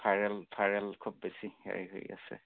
viral viral খুব বেছি হেৰি হৈ আছে